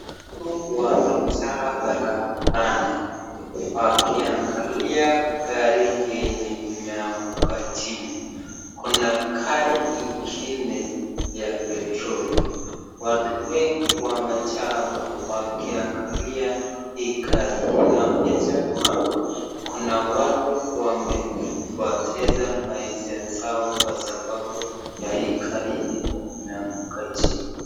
Hawa wamejaa barabarani wakiangalia gari yenye imeanguka chini kuna gari ingine ya petroli watu wengi wamejaa hapa wakiangalia hii gari inaonyesha kwamba kuna watu wenye wamepoteza maisha zao Kwa hii gari yenye imeanguka chini.